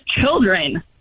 children